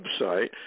website